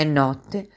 notte